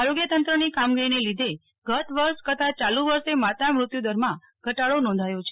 આરોગ્ય તંત્રની કામગીરીને લીધે ગત વર્ષ કરતા ચાલુ વર્ષે માતા મૃત્યુદરમાં ઘટાડો નોંધાયો છે